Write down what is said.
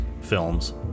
films